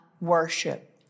worship